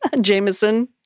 Jameson